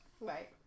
Right